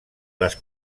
les